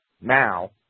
now